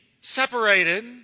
separated